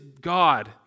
God